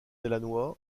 delannoy